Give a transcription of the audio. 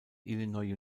illinois